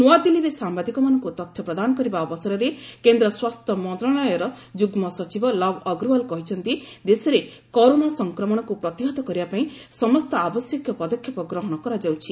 ନୂଆଦିଲ୍ଲୀରେ ସାମ୍ବାଦିକମାନଙ୍କୁ ତଥ୍ୟ ପ୍ରଦାନ କରିବା ଅବସରରେ କେନ୍ଦ୍ର ସ୍ୱାସ୍ଥ୍ୟ ମନ୍ତ୍ରଶାଳୟର ଯୁଗ୍ମ ସଚିବ ଲବ୍ ଅଗ୍ରଓ୍ୱାଲ କହିଛନ୍ତି ଦେଶରେ କରୋନା ସଂକ୍ରମଣକୁ ପ୍ରତିହତ କରିବା ପାଇଁ ସମସ୍ତ ଆବଶ୍ୟକୀୟ ପଦକ୍ଷେପ ଗ୍ରହଣ କରାଯାଉଛି